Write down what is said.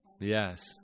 Yes